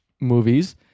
movies